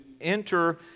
enter